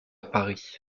paris